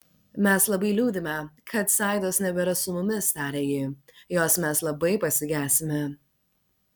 mes labai liūdime kad saidos nebėra su mumis tarė ji jos mes labai pasigesime